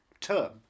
term